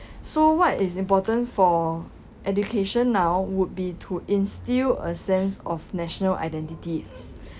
so what is important for education now would be to instil a sense of national identity